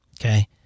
okay